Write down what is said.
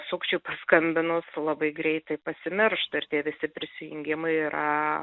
sukčiui paskambinus labai greitai pasimiršta ir tie visi prisijungimai yra